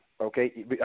Okay